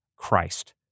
Christ